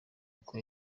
nuko